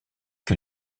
que